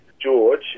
George